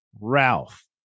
Ralph